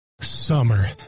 Summer